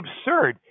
absurd